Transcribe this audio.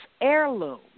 heirloom